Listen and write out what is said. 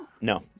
No